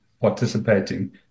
participating